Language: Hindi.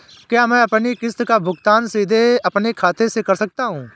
क्या मैं अपनी किश्त का भुगतान सीधे अपने खाते से कर सकता हूँ?